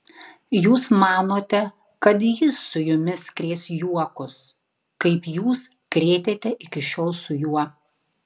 jūs manote kad jis su jumis krės juokus kaip jūs krėtėte iki šiol su juo